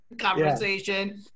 conversation